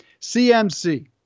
CMC